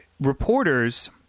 Reporters